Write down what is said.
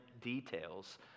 details